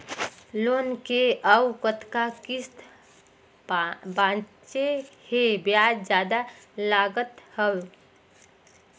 Loan के अउ कतका किस्त बांचें हे? ब्याज जादा लागत हवय,